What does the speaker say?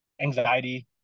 anxiety